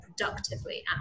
productively